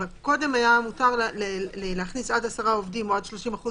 קודם היה מותר להכניס עד עשרה עובדים או עד 30%